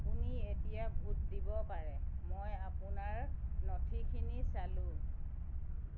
আপুনি এতিয়া ভোট দিব পাৰে মই আপোনাৰ নথিখিনি চালোঁ